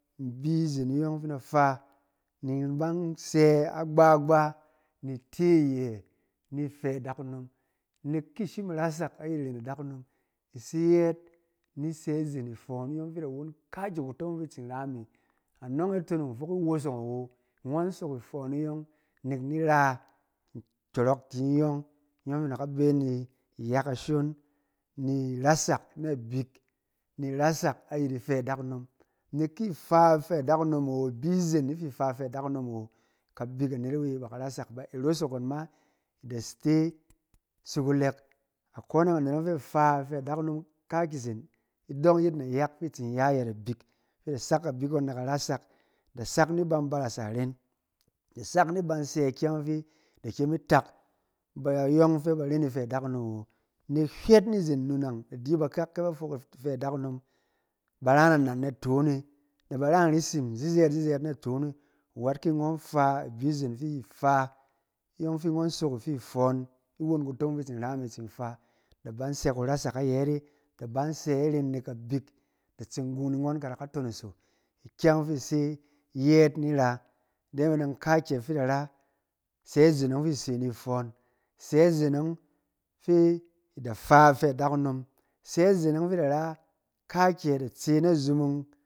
In bi izen ɔng fɛ na fa, ni in ban sɛ agbagba, ni ite iyɛ ni ifɛ adakunom. Nɛk ki ishim irasak aƴɛt irèn adakunom, i se yɛɛt ni sɛ izen ifɔn, iyɔng fi i da won kaakƴɛ kutomong fi i tsin ra me. Anɔng e tonong fok iwosong awo, ngɔn sok ifɔn iyɔng, nɛk ni i ra nkyɔrɔk ti iyɔng, iyɔng fi i da ka bɛ ni iya kashon, ni irasak nabik, ni irasak ayɛt ifɛ adakunom. Nɛk ki ifa ifɛ adakunom awo, i bi zen ifa ifɛ adakunom awo, kabik anet-awe ba ka rasak bà, i rosok ngɔn ma da te sugulɛk. Akone yɔng anet ɔng fɛ a fa ifɛ adakunom kaaki zen, idɔng yet nayak fi i tsin ya ayɛt abik, fɛ a da sak kabik ngɔn na ka rasak, da sak ni ban barasa iren, da sak ni ban sɛ ikyɛng ɔng fi i da kyem itak bayɔng fɛ ba ren ifɛ adakunom awo. Nɛk hywɛt ni zen anu nang, da di bakak ke ba fok ifɛ adakunom, ba ra nanan naton e, na ba ra in risim zizɛɛt zizɛɛt naton e. Awɛt ki ngɔn fa, i bi zen fi i fa, iyɔng fi ngɔn sok ifi fɔn, i won kutomong ɔng fi i tsin ra me i tsin fa, da ban sɛ kurasak ayɛt e, da ban sɛ iren nɛk kabik da tseng gung ni ngɔn, ka da ka tonoso ikyɛng fi i se yɛɛt ni ra. Ide me dɔng akakyɛ fi i da ra, sɛ izen ɔng fi i se ni ifɔn, sɛ izen ɔng fɛ i da fa ifɛ adakunom. Sɛ izen ɔng fi i da ra kaakyɛ da tse na zumung.